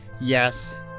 Yes